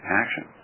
action